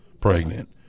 pregnant